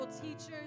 teachers